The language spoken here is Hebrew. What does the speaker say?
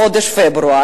חודש פברואר,